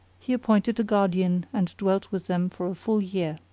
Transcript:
he appointed a guardian and dwelt with them for a full year.